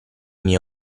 mie